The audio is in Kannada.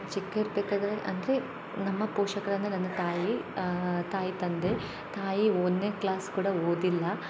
ಚಿಕ್ಕ ಇರ್ಬೇಕಾದರೆ ಅಂದರೆ ನಮ್ಮ ಪೋಷಕರು ಅಂದರೆ ನನ್ನ ತಾಯಿ ತಾಯಿ ತಂದೆ ತಾಯಿ ಒಂದನೇ ಕ್ಲಾಸ್ ಕೂಡ ಓದಿಲ್ಲ